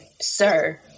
sir